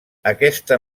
aquesta